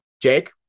Jake